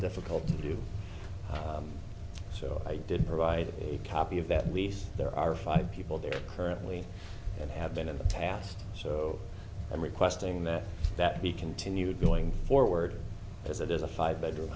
difficult to do so i did provide a copy of that lease there are five people there currently and have been in the past so i'm requesting that that he continued going forward as it is a five bedroom